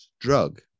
drug